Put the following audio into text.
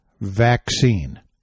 vaccine